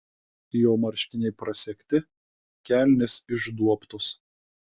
jo marškiniai prasegti kelnės išduobtos